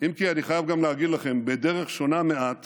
אם כי אני חייב גם להגיד לכם, בדרך שונה מעט